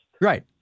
Right